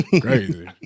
crazy